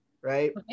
right